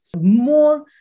more